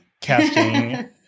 casting